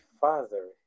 father